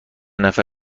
نفر